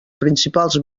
principals